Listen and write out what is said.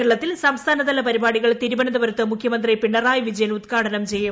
കേരളത്തിൽ സംസ്ഥാനതല പരിപാടികൾ തിരുവനന്തപുരത്ത് മുഖ്യമന്ത്രി പിണറായി വിജയൻ ഉദ്ഘാടനം ചെയ്യും